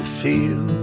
feel